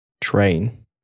train